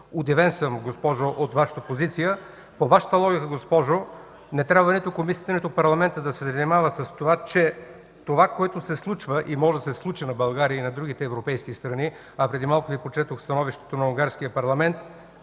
Удивен съм, госпожо, от Вашата позиция! По Вашата логика, госпожо, не трябва нито Комисията, нито парламентът да се занимават с това, че това, което се случва и може да се случи на България и на другите европейски страни. Преди малко Ви прочетох становището на унгарския парламент.